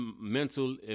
mental